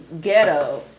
ghetto